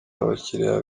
abakiriya